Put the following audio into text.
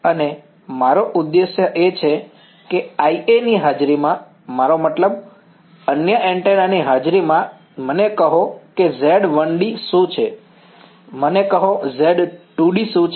અને અમારો ઉદ્દેશ્ય એ છે કે IA ની હાજરીમાં મારો મતલબ અન્ય એન્ટેના ની હાજરીમાં મને કહો કે Z1d શું છે મને કહો Z2d શું છે